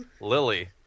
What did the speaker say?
Lily